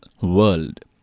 world